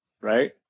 Right